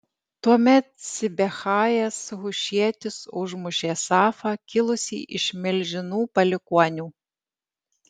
tuomet sibechajas hušietis užmušė safą kilusį iš milžinų palikuonių